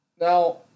Now